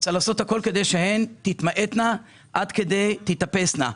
צריך לעשות הכול כדי שהן תתמעטנה עד כדי תתאפסנה,